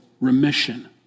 remission